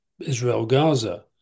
Israel-Gaza